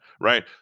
right